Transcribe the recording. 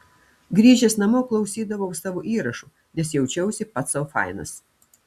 grįžęs namo klausydavau savo įrašų nes jaučiausi pats sau fainas